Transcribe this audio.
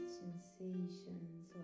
sensations